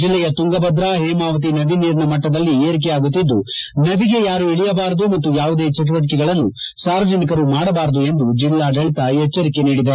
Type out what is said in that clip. ಜಿಲ್ಲೆಯ ತುಂಗಾಭದ್ರ ಹೇಮಾವತಿ ನದಿ ನೀರಿನ ಮಟ್ಟದಲ್ಲಿ ಏರಿಕೆಯಾಗುತ್ತಿದ್ದು ನದಿಗೆ ಯಾರು ಇಳಿಯಬಾರದು ಮತ್ತು ಯಾವುದೇ ಚಟುವಟಿಕೆಗಳನ್ನು ಸಾರ್ವಜನಿಕರು ಮಾಡಬಾರದು ಎಂದು ಜಿಲ್ಲಾಡಳಿತ ಎಚ್ಚರಿಕೆ ನೀಡಿದೆ